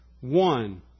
one